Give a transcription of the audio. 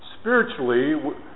spiritually